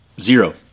Zero